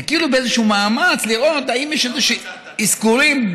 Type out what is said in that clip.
כאילו באיזשהו מאמץ לראות אם יש איזשהם אזכורים,